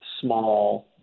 small